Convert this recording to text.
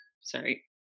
sorry